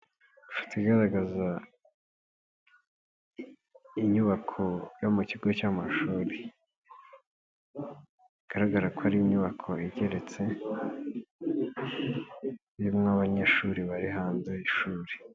Ifoto igaragaza inyubako yo mu kigo cy'amashuri, igaragara ko ari inyubako igeretse, abanyeshuri bari hanze y'ishuri.